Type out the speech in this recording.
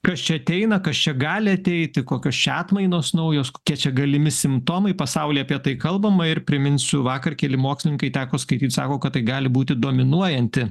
kas čia ateina kas čia gali ateiti kokios čia atmainos naujos kokie čia galimi simptomai pasauly apie tai kalbama ir priminsiu vakar keli mokslininkai teko skaityt sako kad tai gali būti dominuojanti